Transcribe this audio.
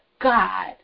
God